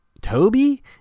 Toby